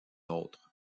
autre